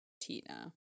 Tina